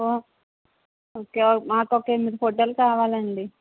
ఓ okay మాకొక ఎనిమిది ఫోటోలు కావలండి